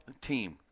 team